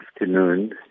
afternoon